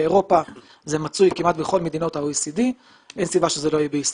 באירופה זה מצוי כמעט בכל מדינות ה-OECD ואין סיבה שזה לא יהיה בישראל.